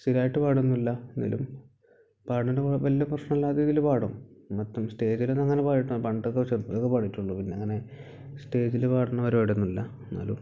സ്ഥിരമായിട്ട് പാടുന്നില്ല എന്നാലും പാടുന്ന വലിയ പ്രശ്നമില്ലാത്ത രീതിയിൽ പാടും എന്നിട്ട് സ്റ്റേജിലൊന്നും അങ്ങനെ പണ്ട് ക്ഷേത്രത്തിലൊക്കെ പാടിയിട്ടുണ്ട് പിന്നെങ്ങനെ സ്റ്റേജിൽ പാടുന്ന പരിപാടിയൊന്നുമില്ല എന്നാലും